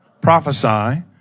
prophesy